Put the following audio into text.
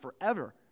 forever